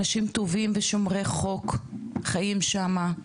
אנשים טובים ושומרי חוק חיים שם.